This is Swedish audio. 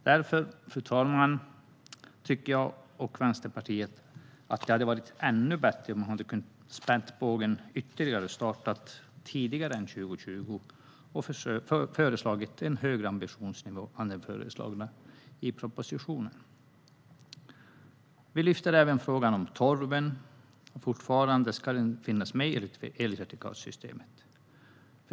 Därför, fru talman, tycker jag och Vänsterpartiet att det hade varit ännu bättre om man hade spänt bågen ytterligare, börjat tidigare än 2020 och föreslagit en högre ambitionsnivå än den som föreslås i propositionen. Vi tar även upp frågan om torven fortfarande ska finnas med i elcertifikatssystemet.